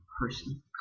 person